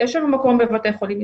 יש לנו מקום בבתי החולים.